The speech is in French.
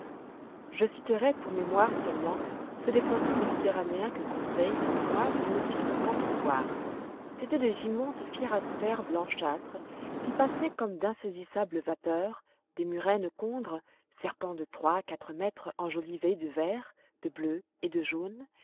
je citerai pour mémoire seulement ceux des poissons méditerranéens que conseil ou moi nous ne fîmes qu'entrevoir c'étaient des gymontes fierasfers blanchâtres qui passaient comme d'insaisissables vapeurs des murènes congres serpents de trois à quatre mètres enjolivés de vert de bleu et de jaune